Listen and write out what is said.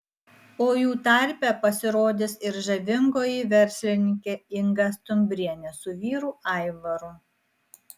o jų tarpe pasirodys ir žavingoji verslininkė inga stumbrienė su vyru aivaru